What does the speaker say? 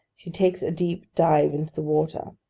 she takes a deep dive into the water.